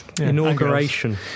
Inauguration